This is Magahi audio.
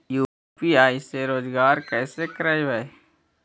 यु.पी.आई से रोजगार कैसे करबय?